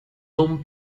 don